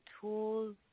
tools